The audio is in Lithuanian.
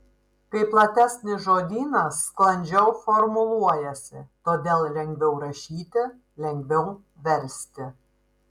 kai platesnis žodynas sklandžiau formuluojasi todėl lengviau rašyti lengviau versti